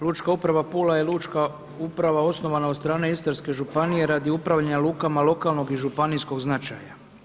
Lučka uprava Pula je lučka uprava osnovana od strane Istarske županije radi upravljanja lukama lokalnog i županijskog značaja.